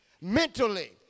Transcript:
mentally